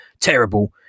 terrible